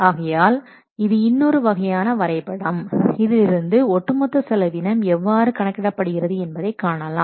ஆகையால் இது இன்னொரு வகையான வரைபடம் இதிலிருந்து ஒட்டு மொத்த செலவீனம் எவ்வாறு கணக்கிடப்படுகிறது என்பதை காணலாம்